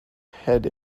head